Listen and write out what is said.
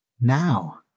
now